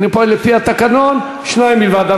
אני פועל לפי התקנון, שניים בלבד.